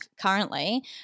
currently